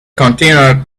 continued